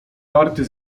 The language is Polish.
warty